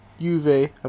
Juve